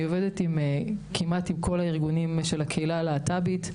אני עובדת כמעט עם כל הארגונים של הקהילה הלה"טית,